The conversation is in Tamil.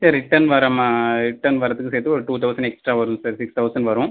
சரி ரிட்டன் வரமா ரிட்டன் வரதுக்கு சேர்த்து ஒரு டூ தௌசண்ட் எக்ஸ்ட்ரா வரும் சார் சிக்ஸ் தௌசண்ட் வரும்